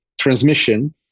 transmission